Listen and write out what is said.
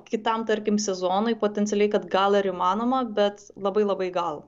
kitam tarkim sezonui potencialiai kad gal ir įmanoma bet labai labai gal